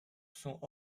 sont